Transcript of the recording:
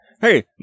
Hey